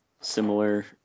similar